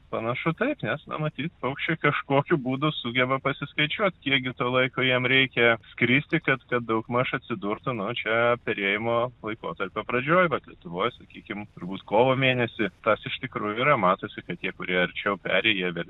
panašu taip nes na matyt paukščiui kažkokiu būdu sugeba pasiskaičiuot kiek gi to laiko jiem reikia skristi kad kad daugmaž atsidurtų nu čia perėjimo laikotarpio pradžioj vat lietuvoj sakykim turbūt kovo mėnesį tas iš tikrųjų yra matosi kad tie kurie arčiau peri jie dar